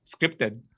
scripted